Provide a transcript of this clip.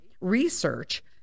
Research